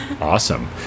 awesome